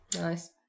Nice